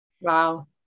wow